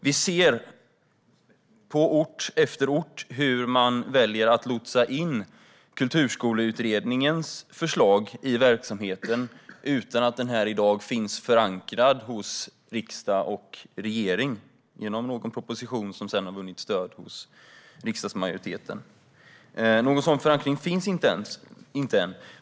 Vi ser på ort efter ort hur man väljer att lotsa in Kulturskoleutredningens förslag i verksamheten utan att detta i dag finns förankrat hos riksdag och regering genom någon proposition som sedan har vunnit stöd hos riksdagsmajoriteten. Någon sådan förankring finns inte än.